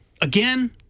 again